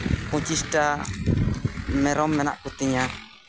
ᱯᱚᱸᱪᱤᱥᱴᱤ ᱢᱮᱨᱚᱢ ᱢᱮᱱᱟᱜ ᱠᱚᱛᱤᱧᱟ